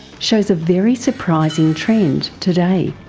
shows a very surprising trend today.